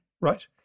right